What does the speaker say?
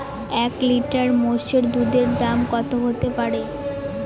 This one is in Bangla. এক লিটার মোষের দুধের দাম কত হতেপারে?